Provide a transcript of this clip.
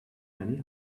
many